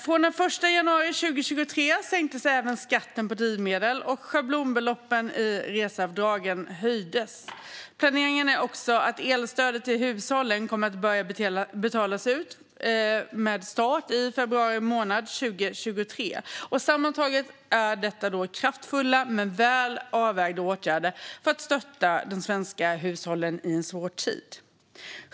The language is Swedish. Från den 1 januari 2023 sänktes även skatten på drivmedel, och schablonbeloppen i reseavdraget höjdes. Planeringen är också att elstödet till hushållen kommer att börja betalas ut med start i februari 2023. Sammantaget är detta kraftfulla men välavvägda åtgärder för att stötta de svenska hushållen i en svår tid.